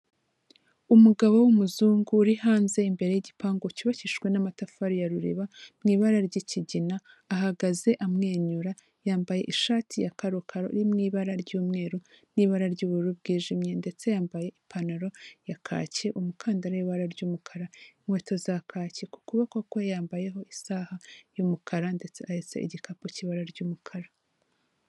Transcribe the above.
Umugabo w'umuzungu uri hanze imbere y'igipangu cyubakishijwe n'amatafari ya ruriba, mu ibara ry'ikigina, ahagaze amwenyura, yambaye ishati ya karokaro yo mu ibara ry'umweru n'ibara ry'ubururu bwijimye, ndetse yambaye ipantaro ya kaki, umukandara w'ibara ry'umukara, inkweto za kaki, ku kuboko kwe yambayeho isaha y'umukara ndetse ahetse igikapu cy'ibara ry'umukara.